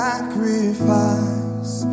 Sacrifice